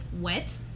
wet